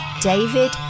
David